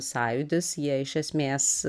sąjūdis jie iš esmės